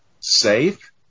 Safe